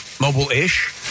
Mobile-ish